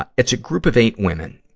ah it's a group of eight women,